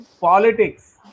politics